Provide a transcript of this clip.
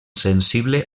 sensible